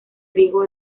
riego